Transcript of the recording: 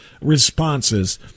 responses